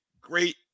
great